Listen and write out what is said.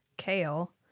Kale